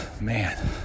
man